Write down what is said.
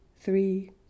three